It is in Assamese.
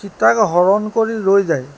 সীতাক হৰণ কৰি লৈ যায়